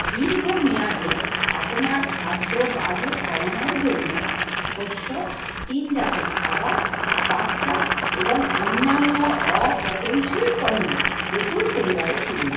দীর্ঘমেয়াদে আপনার খাদ্য বাজেট কমানোর জন্য শস্য টিনজাত খাবার পাস্তা এবং অন্যান্য অপচনশীল পণ্য প্রচুর পরিমাণে কিনুন